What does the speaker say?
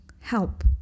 help